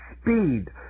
speed